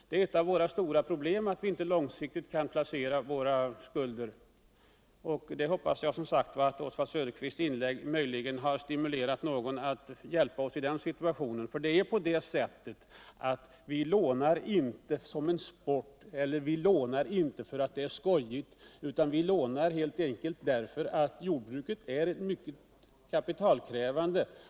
Det är ett av jordbrukets stora problem att vi inte kan placera våra skulder mera långsiktigt. Jag hoppas att Oswald Söderqvists inlägg har stimulerat någon till att hjälpa oss därvidlag. Vilånar inte som en sport eller för att det är skojigt. utan vi länar helt enkelt därför att jordbruket är mycket kapitalkrävande.